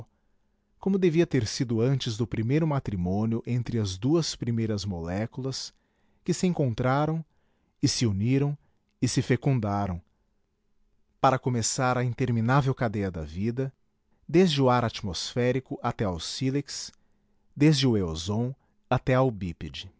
como devia ter sido antes do primeiro matrimônio entre as duas primeiras moléculas que se encontraram e se uniram e se fecundaram para começar a interminável cadeia da vida desde o ar atmosférico até ao sílex desde o eozoon até ao bípede